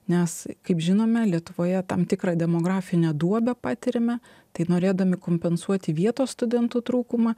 nes kaip žinome lietuvoje tam tikrą demografinę duobę patiriame tai norėdami kompensuoti vietos studentų trūkumą